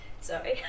sorry